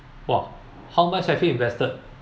!wah! how much have you invested